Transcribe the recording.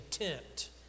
intent